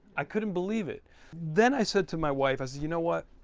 i couldn't believe it then i said to my wife i said you know what